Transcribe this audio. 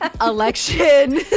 election